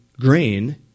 grain